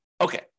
Okay